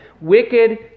wicked